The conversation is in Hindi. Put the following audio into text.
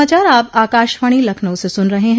यह समाचार आप आकाशवाणी लखनऊ से सुन रहे हैं